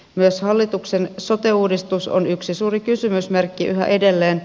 myös hallituksen sote uudistus on yksi suuri kysymysmerkki yhä edelleen